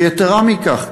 ויתרה מכך,